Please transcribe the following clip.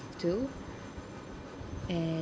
to and